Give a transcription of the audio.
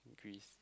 Greece